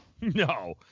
No